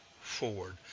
forward